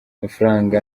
amafaranga